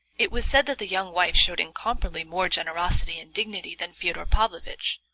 it was said that the young wife showed incomparably more generosity and dignity than fyodor pavlovitch,